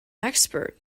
expert